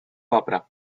opera